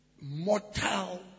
mortal